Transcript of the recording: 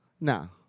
No